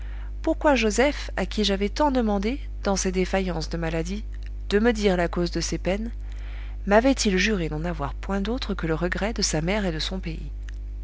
pourquoi joseph à qui j'avais tant demandé dans ses défaillances de maladie de me dire la cause de ses peines mavait il juré n'en avoir point d'autre que le regret de sa mère et de son pays